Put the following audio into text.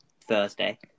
Thursday